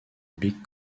big